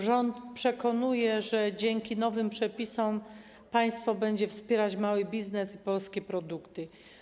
Rząd przekonuje, że dzięki nowym przepisom państwo będzie wspierać mały biznes i polskie produkty.